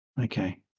Okay